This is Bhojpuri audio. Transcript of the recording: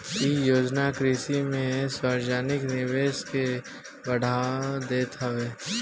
इ योजना कृषि में सार्वजानिक निवेश के बढ़ावा देत हवे